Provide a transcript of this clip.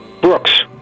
Brooks